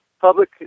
public